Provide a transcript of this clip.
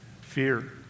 fear